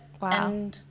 Wow